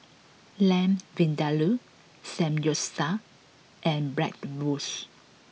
Lamb Vindaloo Samgyeopsal and Bratwurst